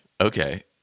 Okay